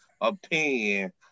opinion